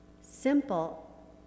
simple